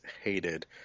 hated